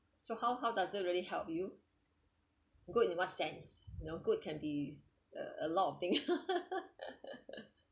so how how does it really help you good in what sense you know good can be a a lot of thing